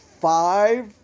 five